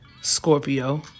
Scorpio